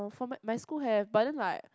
for my my school have but then like